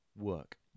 work